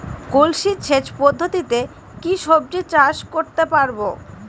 কলসি সেচ পদ্ধতিতে কি সবজি চাষ করতে পারব?